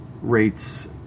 rates